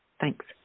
Thanks